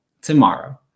tomorrow